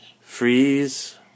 Freeze